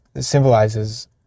symbolizes